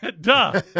Duh